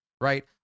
right